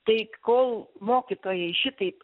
tai kol mokytojai šitaip